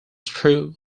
through